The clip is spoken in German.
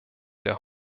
der